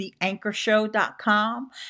theanchorshow.com